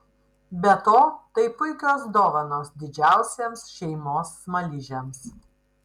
be to tai puikios dovanos didžiausiems šeimos smaližiams